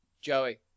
Joey